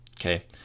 Okay